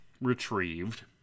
retrieved